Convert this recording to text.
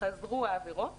חזרו העבירות